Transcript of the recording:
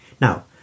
Now